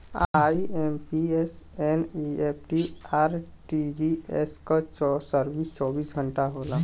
IMPS, NEFT, RTGS क service चौबीस घंटा होला